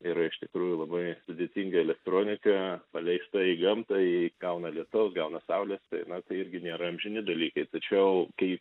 yra iš tikrųjų labai sudėtinga elektronika paleista į gamtą ji gauna lietaus gauna saulės tai na tai irgi nėra amžini dalykai tačiau kai